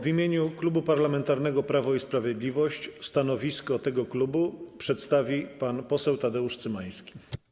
W imieniu Klubu Parlamentarnego Prawo i Sprawiedliwość stanowisko tego klubu przedstawi pan poseł Tadeusz Cymański.